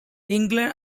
england